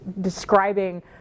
describing